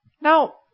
Now